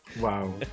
Wow